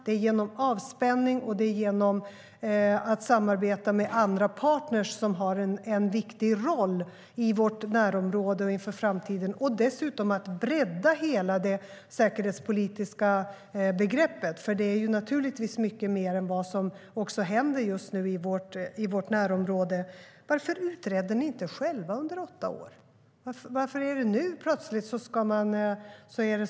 Det handlar om avspänning och samarbete med andra partner som har en viktig roll i vårt närområde och inför framtiden och dessutom att bredda hela det säkerhetspolitiska begreppet, för det är naturligtvis mycket mer än vad som händer just nu i vårt närområde. Varför förmådde ni inte att ta itu med att utreda detta själva under åtta år?